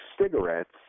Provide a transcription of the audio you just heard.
cigarettes